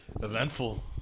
eventful